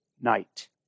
night